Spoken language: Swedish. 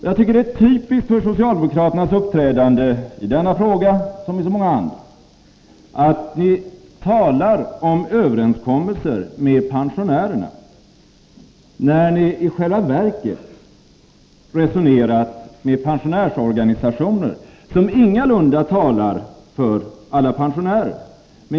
Jag tycker det är typiskt för socialdemokraternas uppträdande, i denna fråga som i så många andra, att ni talar om överenskommelser med pensionärerna, när ni i själva verket resonerar med pensionärsorganisationer, som ingalunda talar för alla pensionärer.